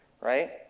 right